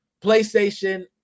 PlayStation